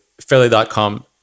fairly.com